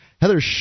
Heather